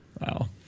Wow